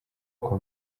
uko